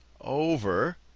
over